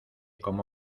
como